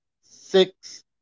six